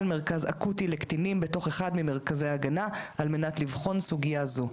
מרכז אקוטי לקטינים בתוך אחד ממרכזי ההגנה על מנת לבחון סוגיה זו.